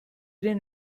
den